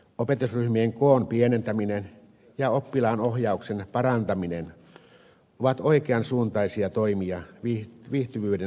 opetusryhmien koon pienentäminen ja oppilaanohjauksen parantaminen ovat oikean suuntaisia toimia viihtyvyyden lisäämisessä